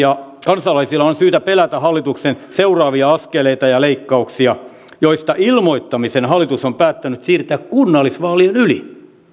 ja kansalaisilla on syytä pelätä hallituksen seuraavia askeleita ja leikkauksia joista ilmoittamisen hallitus on päättänyt siirtää kunnallisvaalien yli